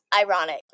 ironic